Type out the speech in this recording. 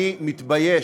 אני מתבייש,